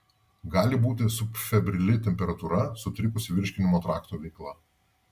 gali būti subfebrili temperatūra sutrikusi virškinimo trakto veikla